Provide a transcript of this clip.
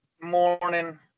morning